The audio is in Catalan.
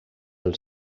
els